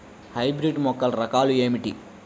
Hybrid మొక్కల రకాలు ఏమిటి?